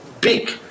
big